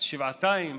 אז שבעתיים